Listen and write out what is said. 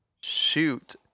Shoot